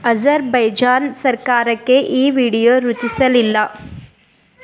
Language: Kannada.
ಅಜರ್ಬೈಜಾನ್ ಸರ್ಕಾರಕ್ಕೆ ಈ ವೀಡಿಯೊ ರುಚಿಸಲಿಲ್ಲ